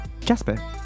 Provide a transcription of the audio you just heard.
Jasper